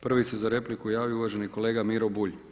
Prvi se za repliku javio uvaženi kolega Miro Bulj.